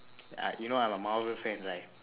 uh you know i'm a Marvel fan right